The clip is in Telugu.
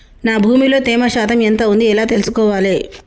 నా భూమి లో తేమ శాతం ఎంత ఉంది ఎలా తెలుసుకోవాలే?